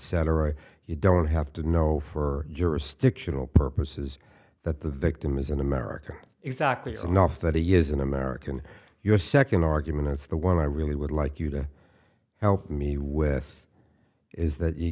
etc you don't have to know for jurisdictional purposes that the victim is in america exactly so now if that he is an american your second argument is the one i really would like you to help me with is that you